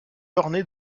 ornée